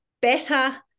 better